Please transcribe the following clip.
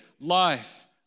life